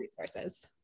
resources